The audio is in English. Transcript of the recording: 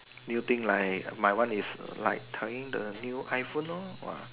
new thing like my one is like trying the new iPhone lor !wah!